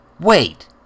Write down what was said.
Wait